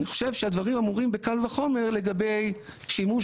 אני חושב שהדברים אמורים בקל וחומר לגבי שימוש